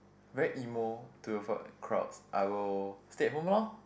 very emo to f~ crowd I will stay at home lor